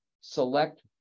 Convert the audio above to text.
select